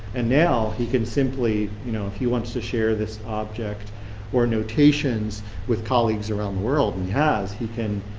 and now he can simply, you know, if you want to share this object for notations with colleagues around the world that and he has, he can